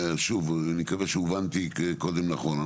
שוב, אני מקווה שהובנתי קודם נכון.